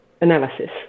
analysis